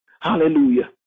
Hallelujah